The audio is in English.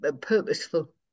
purposeful